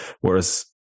Whereas